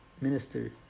minister